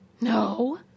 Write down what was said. No